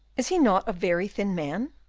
is he not a very thin man?